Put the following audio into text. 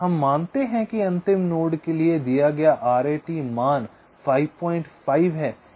हम मानते हैं कि अंतिम नोड के लिए दिया गया RAT मान 55 है